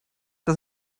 das